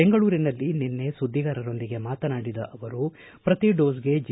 ಬೆಂಗಳೂರಿನಲ್ಲಿ ನಿನ್ನೆ ಸುದ್ದಿಗಾರರೊಂದಿಗೆ ಮಾತನಾಡಿದ ಅವರು ಪ್ರತಿ ಡೋಸ್ಗೆ ಜಿ